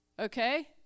Okay